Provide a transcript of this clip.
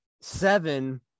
seven